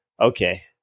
okay